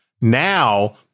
now